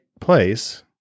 place